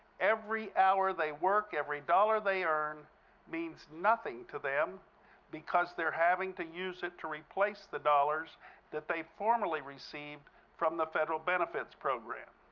every hour they work, every dollar they earn means nothing to them because they're having to use it to replace the dollars that they formerly received from the federal benefits program.